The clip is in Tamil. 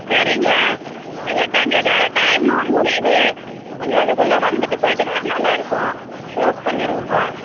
சரிங்க இப்போ எட்டாம் தேதியோடு டைமு முடியுது கொஞ்சம் அதுக்குள்ளே வந்துட்டு போய்விட்டீங்கன்னா நல்லா இருக்கும் க்ளோஸ் பண்ணிடுவோங்க